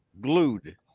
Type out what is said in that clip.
Glued